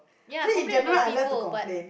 ya complain about people but